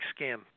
scam